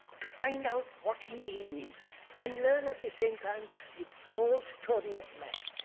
to find out what he is and learn at the same time the whole story of man.